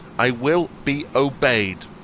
i will be obeyed!